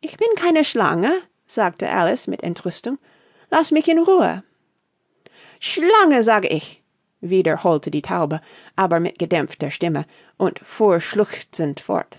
ich bin keine schlange sagte alice mit entrüstung laß mich in ruhe schlange sage ich wiederholte die taube aber mit gedämpfter stimme und fuhr schluchzend fort